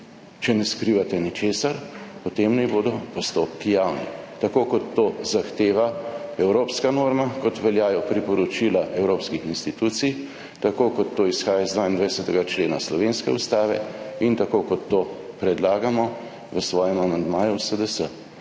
Če ne skrivate ničesar, potem naj bodo postopki javni, tako kot to zahteva evropska norma, kot veljajo priporočila evropskih institucij, tako kot to izhaja iz 22. člena slovenske Ustave in tako kot to predlagamo v svojem amandmaju SDS,